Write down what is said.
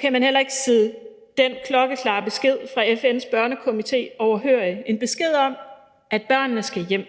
kan man heller ikke sidde den klokkeklare besked fra FN's Børnekomité overhørig – en besked om, at børnene skal hjem.